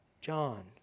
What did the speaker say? John